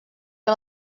que